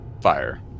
fire